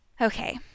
Okay